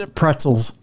pretzels